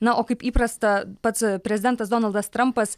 na o kaip įprasta pats prezidentas donaldas trampas